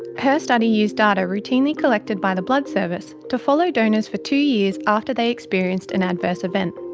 her study used data routinely collected by the blood service to follow donors for two years after they experienced an adverse event.